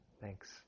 Thanks